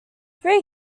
three